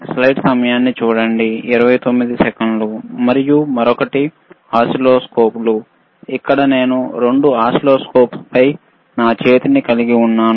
మరియు మరొకటి ఓసిల్లోస్కోపులు ఇక్కడ నేను 2 ఒస్సిల్లోస్కోప్లపై నా చేతిని ఉంచాను